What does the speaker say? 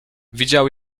widział